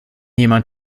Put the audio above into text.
jemand